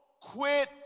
quit